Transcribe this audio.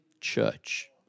church